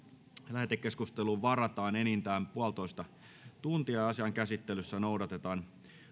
lähetekeskusteluun varataan enintään yksi pilkku viisi tuntia ja asian käsittelyssä noudatetaan